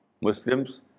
Muslims